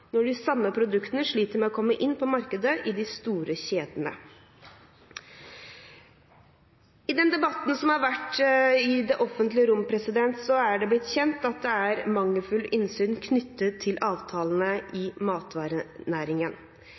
når de samme produktene sliter med å komme inn på markedet i de store kjedene. I den debatten som har vært i det offentlige rom, er det blitt kjent at det er mangelfullt innsyn knyttet til avtalene i matvarenæringen.